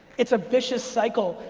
it's a vicious cycle.